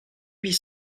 huit